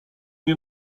nie